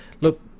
look